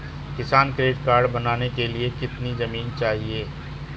किसान credit card बनाने के लिए कितनी जमीन चाहिए?